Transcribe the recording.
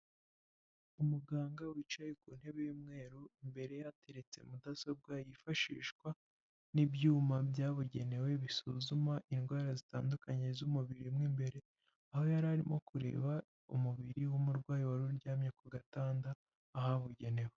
Umuganga wicaye ku ntebe y'umweru imbere hateretse mudasobwa yifashishwa n'ibyuma byabugenewe, bisuzuma indwara zitandukanye z'umubiri mu imbere, aho yari arimo kureba umubiri w'umurwayi wari uryamye ku gatanda ahabugenewe.